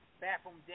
bathroom